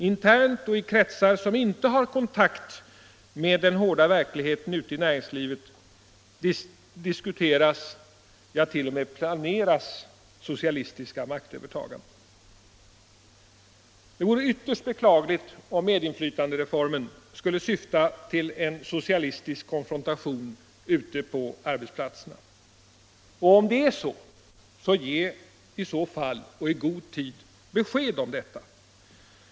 Internt och i kretsar som inte har kontakt med den hårda verkligheten ute i näringslivet diskuteras, ja t.o.m. planeras, det socialistiska maktövertagandet. Det vore ytterst beklagligt om medinflytandereformen skulle syfta till en socialistisk konfrontation ute på arbetsplatserna. Om det är så, ge då i god tid besked härom.